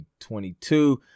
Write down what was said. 2022